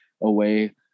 away